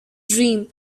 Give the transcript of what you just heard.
dream